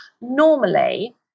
normally